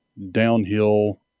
downhill